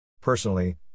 Personally